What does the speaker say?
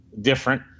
different